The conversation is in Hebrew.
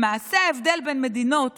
למעשה, ההבדל בין מדינות